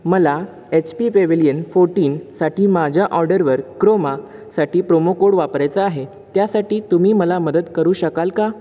मला H P pavilion फोर्टीनसाठी माझ्या ऑर्डरवर क्रोमासाठी प्रोमो कोड वापरायचा आहे त्यासाठी तुम्ही मला मदत करू शकाल का